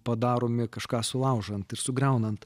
padaromi kažką sulaužant ir sugriaunant